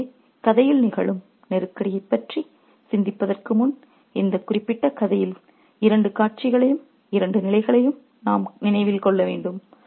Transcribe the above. எனவே கதையில் நிகழும் நெருக்கடியைப் பற்றி சிந்திப்பதற்கு முன் இந்த குறிப்பிட்ட கதையின் இரண்டு காட்சிகளையும் இரண்டு நிலைகளையும் நாம் நினைவில் கொள்ள வேண்டும்